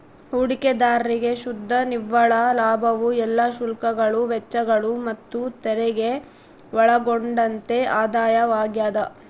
ಹೂಡಿಕೆದಾರ್ರಿಗೆ ಶುದ್ಧ ನಿವ್ವಳ ಲಾಭವು ಎಲ್ಲಾ ಶುಲ್ಕಗಳು ವೆಚ್ಚಗಳು ಮತ್ತುತೆರಿಗೆ ಒಳಗೊಂಡಂತೆ ಆದಾಯವಾಗ್ಯದ